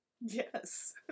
yes